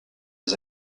des